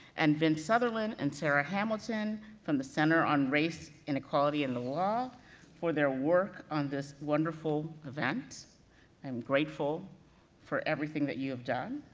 and vince southerland, and sarah hamilton from the center on race, inequality and the law for their work on this wonderful event. i am grateful for everything that you have done.